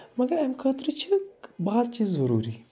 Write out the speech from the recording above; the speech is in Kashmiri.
مگر اَمہِ خٲطرٕ چھِ بات چیٖت ضروٗری